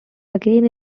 again